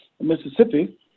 Mississippi